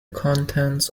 contents